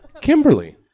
Kimberly